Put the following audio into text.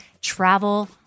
travel